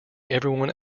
everyone